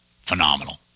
phenomenal